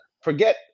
forget